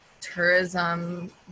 tourism